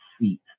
seat